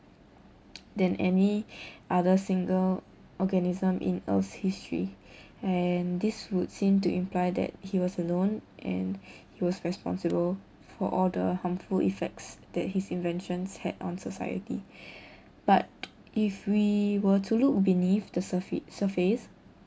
than any other single organism in earth's history and this would seem to imply that he was alone and he was responsible for all the harmful effects that his inventions had on society but if we were to look beneath the surfa~ surface